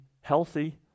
healthy